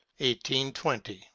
1820